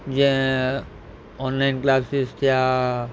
जीअं online classes थिया